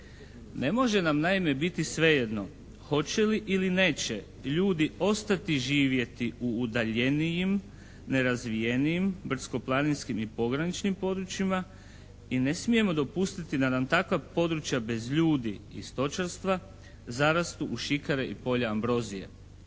Ne može nam naime biti sve jedno hoće li ili neće ljudi ostati živjeti u udaljenijim, nerazvijenijim, brdsko-planinskim i pograničnim područjima i ne smijemo dopustiti da nam takva područja bez ljudi i stočarstva zarastu u šikare i polja ambrozije.